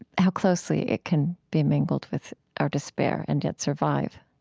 how closely it can be mingled with our despair and yet survive